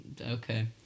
Okay